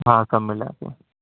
ہاں سب ملا کے